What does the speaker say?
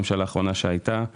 הממשלה הקודמת לא תפקדה?